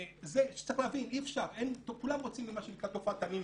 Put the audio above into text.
צריך להבין, כולם רוצים במה שנקרא תופעת הנימבי,